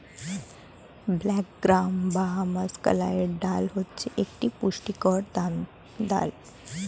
black gram বা মাষকলাইয়ের ডাল হচ্ছে একটি পুষ্টিকর দামি ডাল